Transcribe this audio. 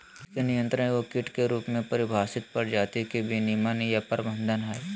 कीट नियंत्रण एगो कीट के रूप में परिभाषित प्रजाति के विनियमन या प्रबंधन हइ